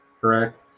correct